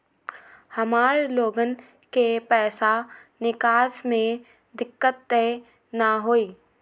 हमार लोगन के पैसा निकास में दिक्कत त न होई?